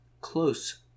close